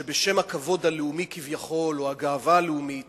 שבשם הכבוד הלאומי כביכול או הגאווה הלאומית